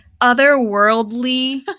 otherworldly